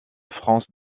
france